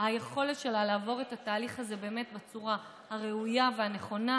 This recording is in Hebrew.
היכולת שלה לעבור את התהליך הזה באמת בצורה הראויה והנכונה,